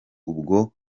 ubwo